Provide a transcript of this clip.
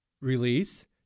release